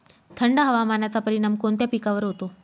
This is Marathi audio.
थंड हवामानाचा परिणाम कोणत्या पिकावर होतो?